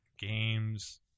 games